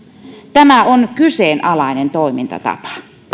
tämä on kyseenalainen toimintatapa